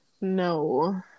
No